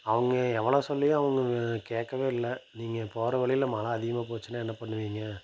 அவங்க எவ்வளோ சொல்லியும் அவங்க கேட்கவே இல்லை நீங்கள் போகிற வழியில் மழை அதிகமாக போச்சுன்னா என்ன பண்ணுவிங்க